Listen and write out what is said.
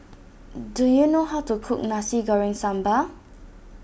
do you know how to cook Nasi Goreng Sambal